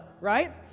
Right